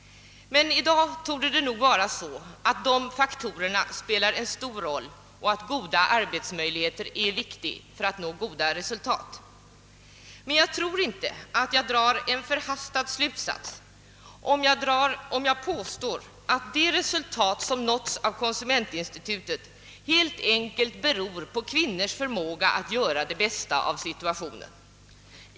Men i dag torde det nog vara så, att dessa faktorer spelar en stor roll och att goda arbetsmöjligheter är nödvändiga för att nå goda resultat. Jag tror inte jag drar någon förhastad slutsats om jag påstår, att de resultat som nåtts av konsumentinstitutet helt enkelt beror på kvinnors förmåga att göra det bästa av en situation.